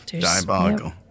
Diabolical